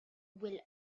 will